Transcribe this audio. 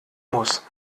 muss